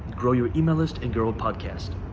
grow your email list and grow a podcast.